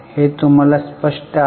हे तुम्हाला स्पष्ट आहे का